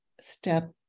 step